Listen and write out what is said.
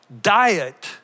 diet